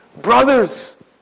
Brothers